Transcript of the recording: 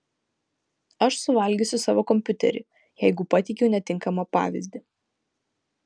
aš suvalgysiu savo kompiuterį jeigu pateikiau netinkamą pavyzdį